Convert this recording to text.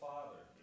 Father